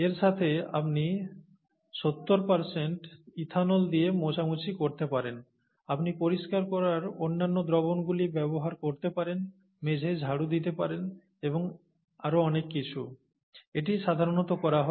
এর সাথে আপনি 70 ইথানল দিয়ে মোছামুছি করতে পারেন আপনি পরিষ্কার করার অন্যান্য দ্রবণগুলি ব্যবহার করতে পারেন মেঝেয় ঝাড়ু দিতে পারেন এবং আরও অনেক কিছু এটি সাধারণত করা হয়